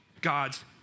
God's